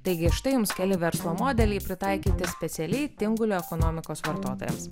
taigi štai jums keli verslo modeliai pritaikyti specialiai tingulio ekonomikos vartotojams